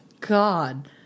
god